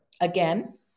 Again